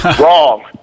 Wrong